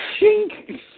shink